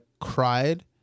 cried